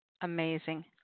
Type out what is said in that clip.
amazing